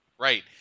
Right